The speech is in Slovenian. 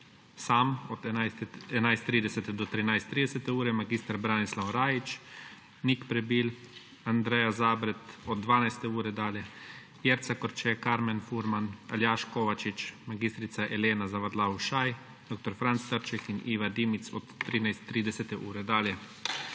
od 11.30 do 13.30, Branislav Rajić, Nik Prebil, Andreja Zabret od 12. ure dalje, Jerca Korče, Karmen Furman, Aljaž Kovačič, Elena Zavadlav Ušaj, Franc Trček in Iva Dimic od 13.30 dalje.